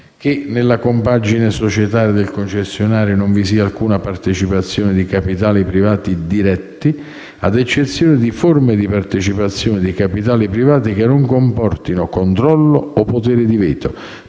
nella compagine societaria del concessionario non vi sia alcuna partecipazione di capitali privati diretti (ad eccezione di forme di partecipazione di capitali privati che non comportino controllo o potere di veto,